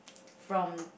from